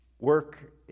Work